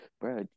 bro